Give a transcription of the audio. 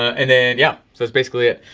and then yeah, so that's basically it.